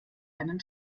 einen